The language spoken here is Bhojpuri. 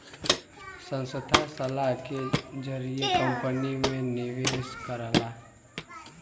संस्था सलाह के जरिए कंपनी में निवेश करला